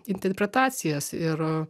interpretacijas ir